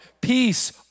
peace